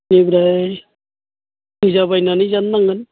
बेनिफ्राय निजा बायनानै जानो नांगोन